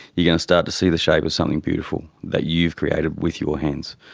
you're going to start to see the shape of something beautiful that you've created with your hands.